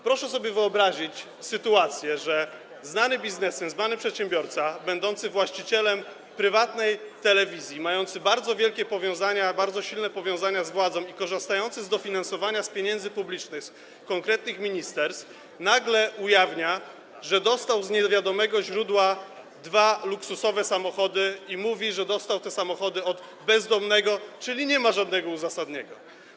Proszę sobie wyobrazić sytuację, że znany biznesmen, znany przedsiębiorca będący właścicielem prywatnej telewizji, mający bardzo silnie powiązania z władzą, korzystający z dofinansowania z pieniędzy publicznych z konkretnych ministerstw, nagle ujawnia, że dostał z niewiadomego źródła dwa luksusowe samochody, i mówi, że dostał te samochody od bezdomnego, czyli nie ma żadnego uzasadnienia.